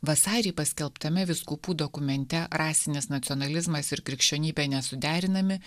vasarį paskelbtame vyskupų dokumente rasinis nacionalizmas ir krikščionybė nesuderinami